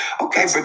okay